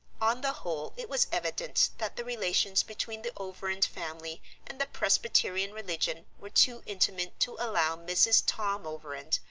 on the whole it was evident that the relations between the overend family and the presbyterian religion were too intimate to allow mrs. tom overend,